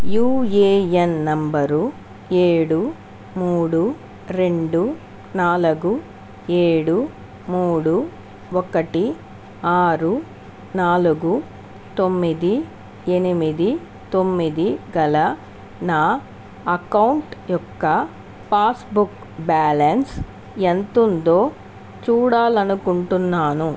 UAN number ఏడు మూడు రెండు నాలుగు ఏడు మూడు ఒకటి ఆరు నాలుగు తొమ్మిది ఎనిమిది తొమ్మిది గల నా అకౌంట్ యొక్క పాస్బుక్ బ్యాలన్స్ ఎంతుందో చూడాలనుకుంటున్నాను